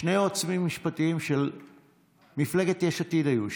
שני יועצים משפטיים של מפלגת יש עתיד היו שם.